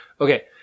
Okay